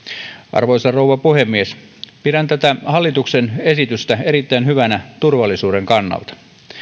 arvoisa rouva puhemies pidän tätä hallituksen esitystä erittäin hyvänä turvallisuuden kannalta